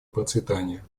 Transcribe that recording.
процветания